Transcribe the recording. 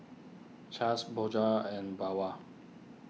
Chaps Bonjour and Bawang